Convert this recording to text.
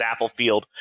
Applefield